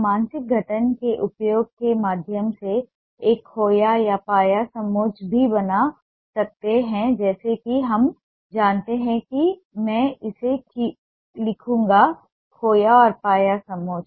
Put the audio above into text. हम मानसिक गठन के उपयोग के माध्यम से एक खोया और पाया समोच्च भी बना सकते हैं जैसा कि हम जानते हैं कि मैं इसे लिखूंगा खोया और पाया समोच्च